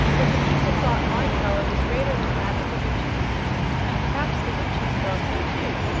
but the people thought my power was greater than that of the witches and perhaps the witches thought so too,